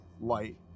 light